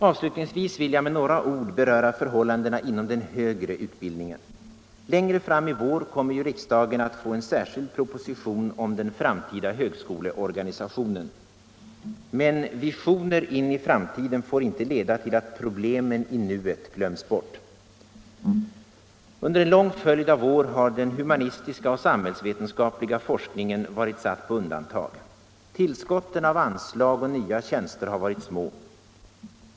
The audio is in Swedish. Avslutningsvis vill jag med några ord beröra förhållandena inom den högre utbildningen. Längre fram i vår kommer ju riksdagen att få en särskild proposition om den framtida högskoleorganisationen. Men visioner in i framtiden får inte leda till att problemen i nuet glöms bort. Under en lång följd av år har den humanistiska och samhällsvetenskapliga forskningen varit satt på undantag. Tillskotten av anslag och nya tjänster har varit små.